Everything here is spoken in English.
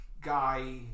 guy